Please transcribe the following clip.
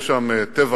יש שם טבח